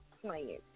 playing